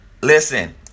Listen